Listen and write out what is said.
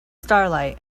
starlight